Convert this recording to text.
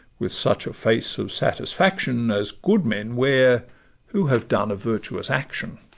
with such a face of satisfaction as good men wear who have done a virtuous action.